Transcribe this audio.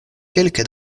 kelke